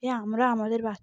হ আমরা আমাদের বাচ্চা